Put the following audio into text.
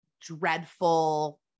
dreadful